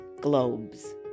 globes